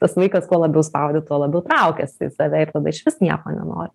tas vaikas kuo labiau spaudi tuo labiau traukias į save ir išvis nieko nenori